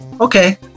okay